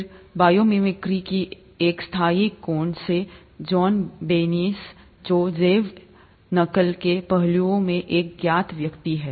फिर biomimicry की एक स्थायी कोण सेजेनी बेनियस जो जैव नकल के पहलुओं में एक ज्ञात व्यक्ति हैं